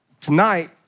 Tonight